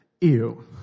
Ew